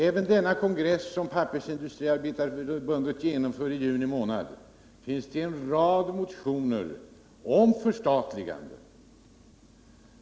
Även till den kongress, som Pappersindustriarbetareförbundet genomför i juni månad, finns en rad motioner om förstatligande.